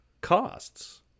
costs